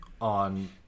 on